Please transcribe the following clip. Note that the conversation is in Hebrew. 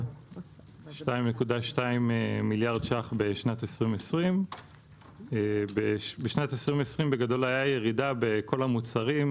2.2 מיליארד שקלים בשנת 2020. בשנת 2020 הייתה ירידה בכל המוצרים,